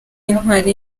intwari